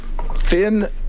thin-